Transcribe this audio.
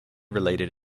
related